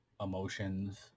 emotions